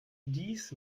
dies